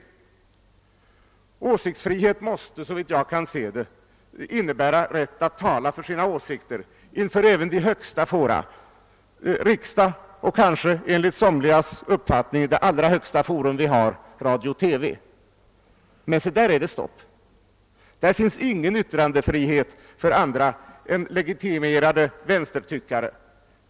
Såvitt jag kan se måste åsiktsfrihet innebära rätt att tala för sina åsikter inför även de högsta fora, dvs. riksdagen och det enligt somligas uppfattning kanske allra högsta forum vi har, radio/TV. Men där är det stopp. Där finns ingen yttrandefrihet för andra än legitimerade vänstertyckare.